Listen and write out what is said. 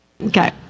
Okay